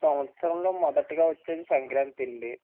సంవత్సరంలో మొదటిగా వచ్చేది సంక్రాంతి అండి